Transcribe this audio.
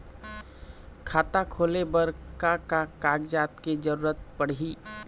खाता खोले बर का का कागजात के जरूरत पड़ही?